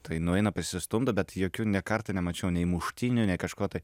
tai nueina pasistumdo bet jokių nė kartą nemačiau nei muštynių nei kažko tai